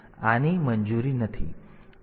તેથી આની મંજૂરી નથી